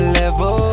level